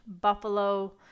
buffalo